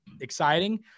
exciting